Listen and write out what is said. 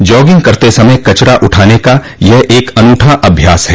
jogging करते समय कचरा उठाने का यह एक अनूठा अभ्यास है